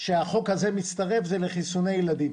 שהחוק הזה מצטרף אליהם הם חיסוני ילדים: